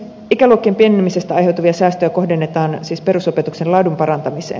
ikäluokkien pienenemisestä aiheutuvia säästöjä kohdennetaan siis perusopetuksen laadun parantamiseen